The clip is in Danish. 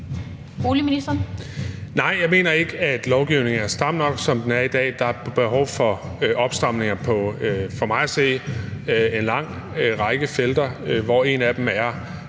Nej, jeg mener ikke, at lovgivningen er stram nok, som den er i dag. Der er for mig at se behov for opstramninger på en lang række felter. Et af dem er,